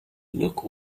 look